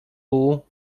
pull